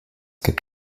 gibt